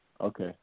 Okay